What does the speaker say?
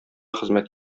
хезмәт